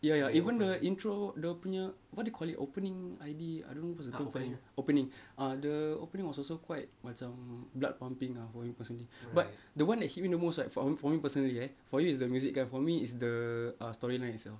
ya ya even the intro dia punya what they call it opening I_D I don't know opening ah the opening was also quite macam blood pumping ah fo~ for me personally but the one that hit me the most like fo~ for me personally eh for you is the music kan for me is the ah story line itself